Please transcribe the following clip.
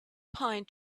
pine